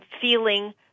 feeling